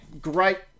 great